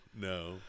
no